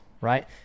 right